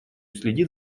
следит